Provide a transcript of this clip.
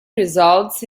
results